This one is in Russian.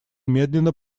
медленно